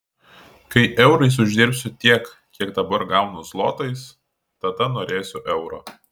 kai eurais uždirbsiu tiek kiek dabar gaunu zlotais tada norėsiu euro